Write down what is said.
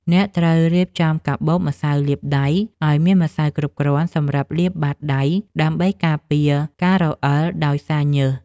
អ្នកត្រូវរៀបចំកាបូបម្សៅលាបដៃឱ្យមានម្សៅគ្រប់គ្រាន់សម្រាប់លាបបាតដៃ ដើម្បីការពារការរអិលដោយសារញើស។